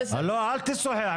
לא, אל תשוחח.